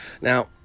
Now